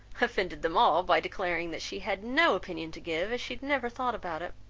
offended them all, by declaring that she had no opinion to give, as she had never thought about it.